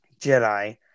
Jedi